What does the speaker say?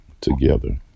together